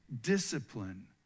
discipline